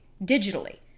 digitally